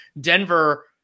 Denver